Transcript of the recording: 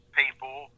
people